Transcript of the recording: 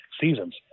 seasons